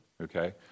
okay